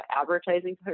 advertising